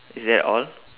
is that all